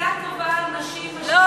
מילה טובה על נשים משפיעות ביהדות.